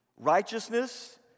righteousness